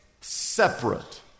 separate